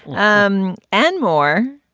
um and more.